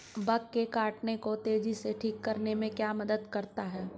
Bug के काटने को तेजी से ठीक करने में क्या मदद करता है?